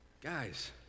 Guys